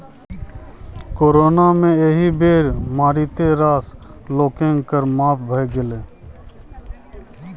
corona मे एहि बेर मारिते रास लोककेँ कर माफ भए गेलै